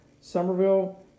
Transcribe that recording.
Somerville